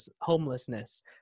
homelessness